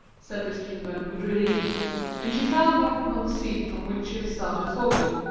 said miss kilburn, with relief and she fell back upon the seat from which she had started forward.